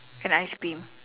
can I scream